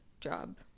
job